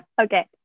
Okay